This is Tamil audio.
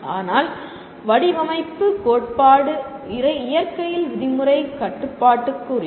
ஆனால் வடிவமைப்பு கோட்பாடு இயற்கையில் விதிமுறைக் கட்டுப்பாட்டுக்குரியது